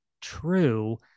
true